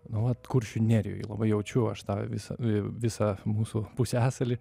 nu vat kuršių nerijoj labai jaučiu aš tą visą visą mūsų pusiasalį